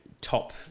top